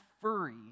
furry